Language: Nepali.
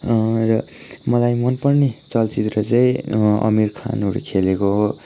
र मलाई मन पर्ने चलचित्र चाहिँ अमीर खानहरू खेलेको